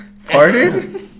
Farted